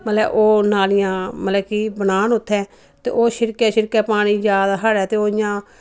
मतलव कि ओह् नालिआं मतलव कि बनाना उत्थैं ते ओह् छिड़के छिड़के पानी जा दा साढ़ै ते ओह् इ'यां